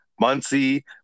Muncie